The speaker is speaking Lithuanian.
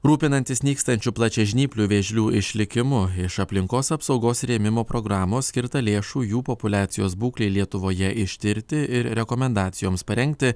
rūpinantis nykstančių plačiažnyplių vėžlių išlikimu iš aplinkos apsaugos rėmimo programos skirta lėšų jų populiacijos būklei lietuvoje ištirti ir rekomendacijoms parengti